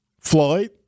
Floyd